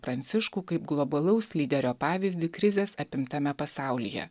pranciškų kaip globalaus lyderio pavyzdį krizės apimtame pasaulyje